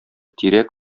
тирәк